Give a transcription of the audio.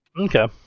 Okay